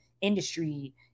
industry